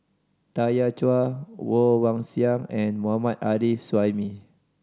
Tanya Chua Woon Wah Siang and Mohammad Arif Suhaimi